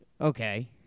Okay